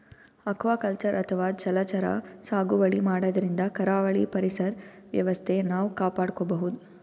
aquaculture ಅಥವಾ ಜಲಚರ ಸಾಗುವಳಿ ಮಾಡದ್ರಿನ್ದ ಕರಾವಳಿ ಪರಿಸರ್ ವ್ಯವಸ್ಥೆ ನಾವ್ ಕಾಪಾಡ್ಕೊಬಹುದ್